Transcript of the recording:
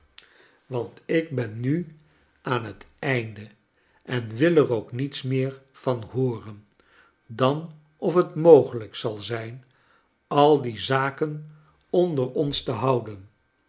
vant ik ben nu aan bet einde en wil er ook niets meer van hooren dan of het mogelijk zal zijn al die zaken onder ons te houden